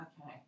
okay